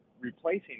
replacing